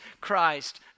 Christ